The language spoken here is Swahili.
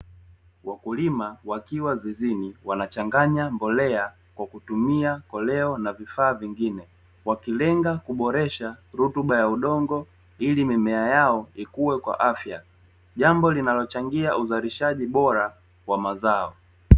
Wakulima wakiwa zizini wanachanganya mbolea kwa kutumia koleo na vifaa vingine, wakilenga kuboresha rutuba ya udongo ili mimea yao ikue kwa afya. Jambo linalochangia uzalishaji bora wa mazao.